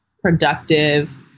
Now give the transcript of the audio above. productive